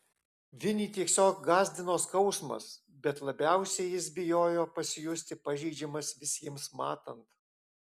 vinį tiesiog gąsdino skausmas bet labiausiai jis bijojo pasijusti pažeidžiamas visiems matant